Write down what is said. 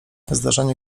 zdarzenie